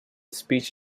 speech